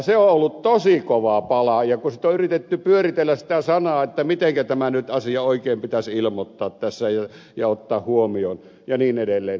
se on ollut tosi kova pala kun on yritetty pyöritellä sitä sanaa että mitenkä tämä asia nyt oikein pitäisi ilmoittaa tässä ja ottaa huomioon ja niin edelleen